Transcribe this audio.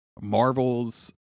Marvel's